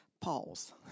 Pause